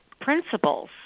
principles